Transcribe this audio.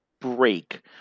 break